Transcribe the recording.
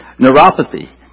Neuropathy